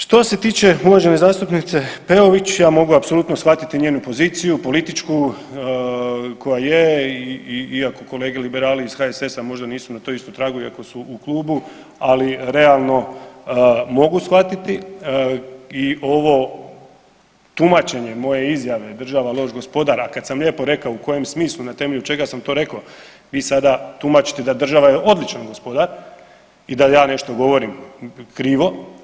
Što se tiče uvažene zastupnice Peović, ja mogu apsolutno shvatiti njenu poziciju političku koja je iako kolege liberali iz HSS-a možda nisu na tom istom tragu iako su u klubu, ali realno mogu shvatiti i ovo tumačenje moje izjave država loš gospodar, a kad sam lijepo rekao u kojem smislu na temelju čega sam to rekao, vi sada tumačite da država je odličan gospodar i da ja nešto govorim krivo.